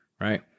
right